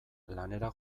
lanera